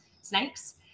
snakes